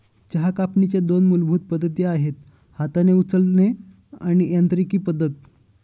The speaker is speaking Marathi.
चहा कापणीच्या दोन मूलभूत पद्धती आहेत हाताने उचलणे आणि यांत्रिकी पद्धत